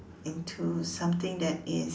into something that is